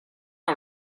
all